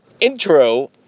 intro